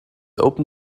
open